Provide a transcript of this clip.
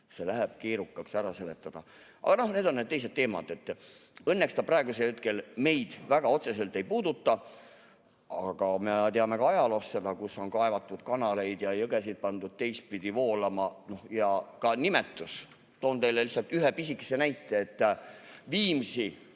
et läheb keerukaks ära seletada. Aga noh, need on teised teemad. Õnneks see praegu meid väga otseselt ei puuduta. Aga me teame ajaloost seda, et on kaevatud kanaleid ja jõgesid pandud teistpidi voolama. Ja ka nimetus. Toon teile lihtsalt ühe pisikese näite. Viimsi